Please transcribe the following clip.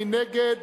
מי נגד?